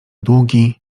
długi